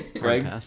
Greg